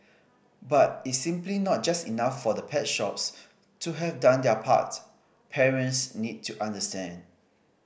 but it's simply not just enough for the pet shops to have done their part parents need to understand